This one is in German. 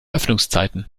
öffnungszeiten